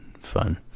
Fun